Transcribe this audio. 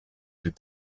plus